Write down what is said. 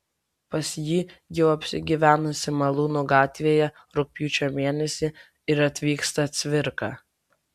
pas jį jau apsigyvenusį malūnų gatvėje rugpjūčio mėnesį ir atvyksta cvirka